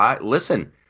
Listen